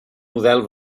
model